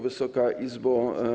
Wysoka Izbo!